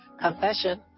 confession